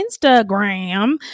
Instagram